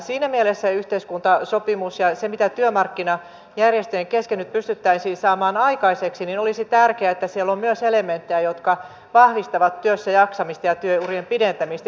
siinä mielessä yhteiskuntasopimus ja se mitä työmarkkinajärjestöjen kesken nyt pystyttäisiin saamaan aikaiseksi olisi tärkeää ja se että siellä on myös elementtejä jotka vahvistavat työssäjaksamista ja työurien pidentämistä